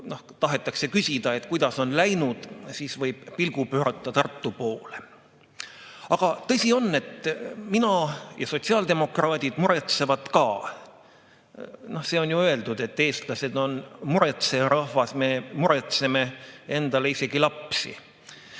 tahetakse küsida, kuidas on läinud, siis võib pilgu pöörata Tartu poole. Aga tõsi on, et mina [muretsen] ja sotsiaaldemokraadid muretsevad ka. On ju öeldud, et eestlased on muretseja rahvas, me muretseme endale isegi lapsi.